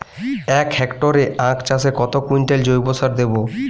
এক হেক্টরে আখ চাষে কত কুইন্টাল জৈবসার দেবো?